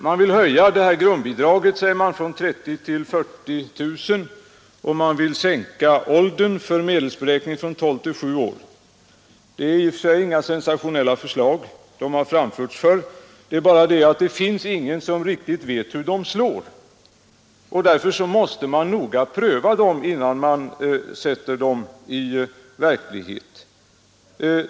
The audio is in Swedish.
Reservanterna vill höja grundbidraget från 30 000 till 40 000 kronor och vill sänka åldern för medelsberäkning från 12 till 7 år. Det är i och för sig inga sensationella förslag. De har framförts förr. Men ingen vet riktigt hur de slår, och därför måste man noga pröva dem innan man sätter dem i verklighet.